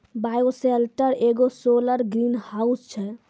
bioshelter एगो सौर greenhouse छै